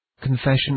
Confession